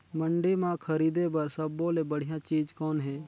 मंडी म खरीदे बर सब्बो ले बढ़िया चीज़ कौन हे?